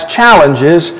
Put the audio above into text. challenges